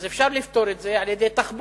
אז אפשר לפתור את זה על-ידי תחבורה,